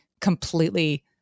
completely